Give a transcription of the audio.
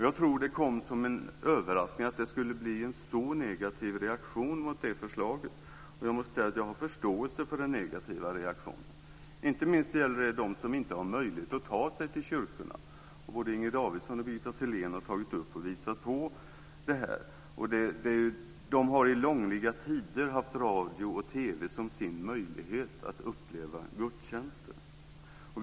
Jag tror att det kom som en överraskning att det blev en så negativ reaktion mot det förslaget. Jag måste säga att jag har förståelse för den negativa reaktionen. Inte minst gäller det dem som inte har möjlighet att ta sig till kyrkorna - både Inger Davidson och Birgitta Sellén har tagit upp och visat på det här. De har i långliga tider haft radio och TV som sin möjlighet att uppleva gudstjänsten.